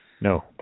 No